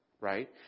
right